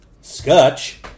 Scotch